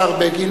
השר בגין,